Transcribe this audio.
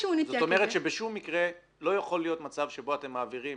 זאת אומרת שבשום מקרה לא יכול להיות מצב שבו אתם מעבירים